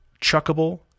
chuckable